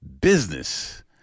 business